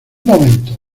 momento